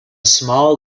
small